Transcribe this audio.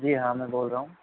جی ہاں میں بول رہا ہوں